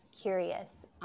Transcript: curious